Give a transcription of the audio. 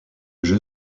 jeu